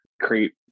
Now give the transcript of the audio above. create